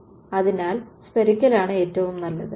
അതിനാൽ സ്ഫെറിക്കലാണ് ഏറ്റവും നല്ലത്